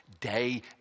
day